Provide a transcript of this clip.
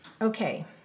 Okay